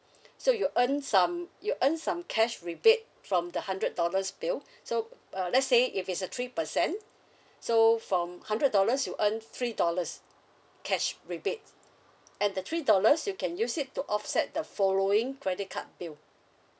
so you earn some you earn some cash rebate from the hundred dollars bill so uh let's say if it's a three percent so from hundred dollars you earn three dollars cash rebate and the three dollars you can use it to offset the following credit card bill